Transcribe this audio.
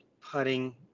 putting